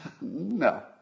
No